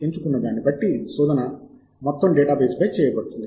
ఎంచుకున్న దాన్ని బట్టి శోధన మొత్తం డేటాబేస్ పై చేయబడుతుంది